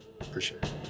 Appreciate